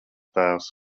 tēvs